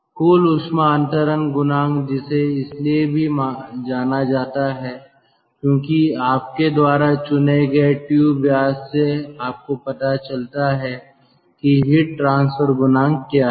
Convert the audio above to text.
कुल ऊष्मा अंतरण गुणांक जिसे इसलिए भी जाना जाता है क्योंकि आपके द्वारा चुने गए ट्यूब व्यास से आपको पता चलता है कि हीट ट्रांसफर गुणांक क्या है